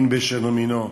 מין בשאינו מינו,